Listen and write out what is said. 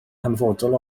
hanfodol